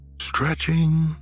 stretching